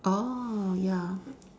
orh ya